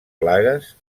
plagues